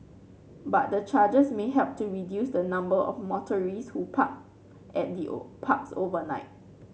but the charges may help to reduce the number of motorists who park at the parks overnight